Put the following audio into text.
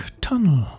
Tunnel